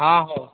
ହଁ ହଉ